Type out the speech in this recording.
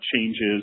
changes